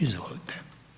Izvolite.